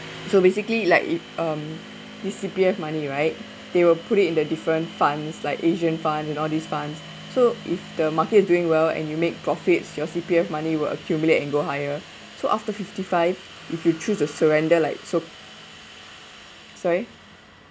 so basically like if um the C_P_F money right they will put it in the different funds like asian fund and all these funds so if the market doing well and you make profits your C_P_F money will accumulate and grow higher so after fifty five if you choose to surrender like so sorry